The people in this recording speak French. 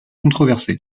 controversés